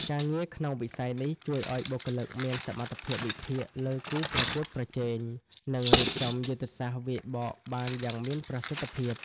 ការងារក្នុងវិស័យនេះជួយឱ្យបុគ្គលិកមានសមត្ថភាពវិភាគលើគូប្រកួតប្រជែង និងរៀបចំយុទ្ធសាស្ត្រវាយបកបានយ៉ាងមានប្រសិទ្ធភាព។